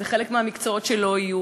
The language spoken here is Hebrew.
זה מהמקצועות שלא יהיו,